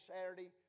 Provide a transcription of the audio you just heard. Saturday